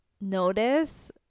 notice